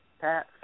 Pat